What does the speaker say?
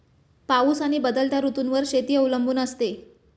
पाऊस आणि बदलत्या ऋतूंवर शेती अवलंबून असते